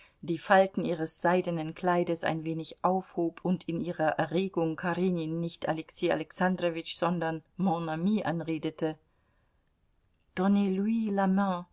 die falten ihres seidenen kleides ein wenig aufhob und in ihrer erregung karenin nicht alexei alexandrowitsch sondern mon ami anredete